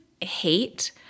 hate